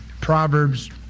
Proverbs